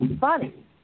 funny